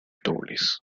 dobles